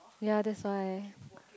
ya that's why